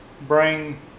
bring